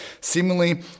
seemingly